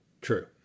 True